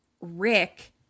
rick